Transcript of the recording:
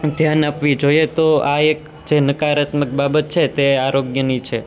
ધ્યાન આપવી જોઈએ તો આ એક જે નકારાત્મક બાબત છે તે આરોગ્યની છે